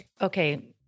Okay